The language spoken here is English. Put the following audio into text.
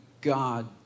God